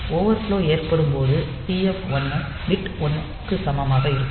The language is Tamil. ஓவர்ஃப்லோ ஏற்படும்போது TF1 பிட் 1 க்கு சமமாக இருக்கும்